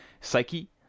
psyche